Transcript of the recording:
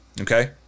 okay